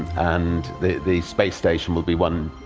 and the the space station will be one